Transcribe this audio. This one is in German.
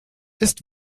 ist